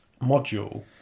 module